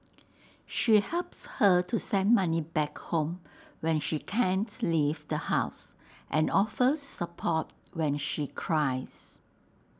she helps her to send money back home when she can't leave the house and offers support when she cries